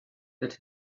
that